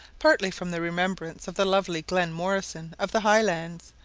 partly from the remembrance of the lovely glen morrison of the highlands,